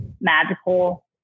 magical